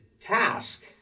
task